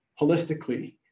holistically